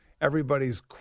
Everybody's